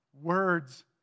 words